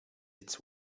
its